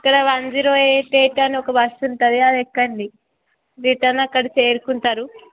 ఇక్కడ one zero eight eight అని ఒక బస్సు ఉంటుంది అది ఎక్కండి రిటర్న్ అక్కడ చేరుకుంటారు